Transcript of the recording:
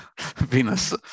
venus